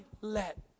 let